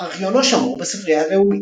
ארכיונו שמור בספרייה הלאומית.